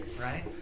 right